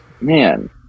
man